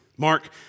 Mark